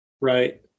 Right